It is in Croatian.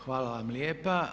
Hvala vam lijepa.